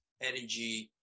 energy